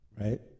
right